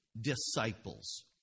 disciples